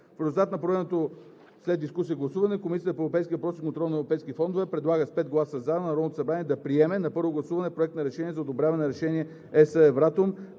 резултат на проведеното след дискусията гласуване Комисията по европейските въпроси и контрол на европейските фондове предлага – с 5 гласа „за“, на Народното събрание да приеме на първо гласуване Проект на решение за одобряване на Решение (ЕС, Евратом)